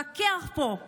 נתווכח פה על